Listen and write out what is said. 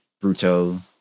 brutal